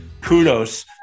kudos